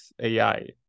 AI